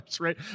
right